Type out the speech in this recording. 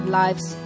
lives